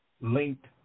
linked